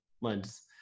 lens